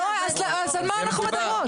אז על מה אנחנו מדברות?